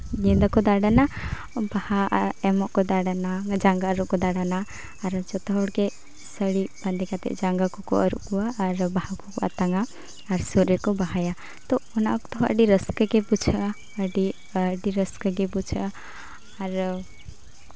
ᱧᱤᱫᱟᱹ ᱠᱚ ᱫᱟᱬᱟᱱᱟ ᱵᱟᱦᱟ ᱮᱢᱚᱜ ᱠᱚ ᱫᱟᱬᱟᱱᱟ ᱡᱟᱸᱜᱟ ᱟᱹᱨᱩᱵ ᱠᱚ ᱫᱟᱬᱟᱱᱟ ᱟᱨ ᱡᱚᱛᱚ ᱦᱚᱲᱮ ᱥᱟᱹᱲᱤ ᱵᱟᱸᱫᱮ ᱠᱟᱛᱮᱜ ᱡᱟᱸᱜᱟ ᱠᱚᱠᱚ ᱟᱹᱨᱩᱵ ᱠᱚᱣᱟ ᱟᱨ ᱵᱟᱦᱟ ᱠᱚᱠᱚ ᱟᱛᱟᱝᱟ ᱟᱨ ᱥᱩᱫ ᱨᱮᱠᱚ ᱵᱟᱦᱟᱭᱟ ᱛᱳ ᱚᱱᱟ ᱚᱠᱛᱚ ᱦᱚᱸ ᱟᱹᱰᱤ ᱨᱟᱹᱥᱠᱟᱹᱜᱮ ᱵᱩᱡᱷᱟᱹᱜᱼᱟ ᱟᱹᱰᱤ ᱨᱟᱹᱥᱠᱟᱹ ᱜᱮ ᱵᱩᱡᱷᱟᱹᱜᱼᱟ ᱟᱨ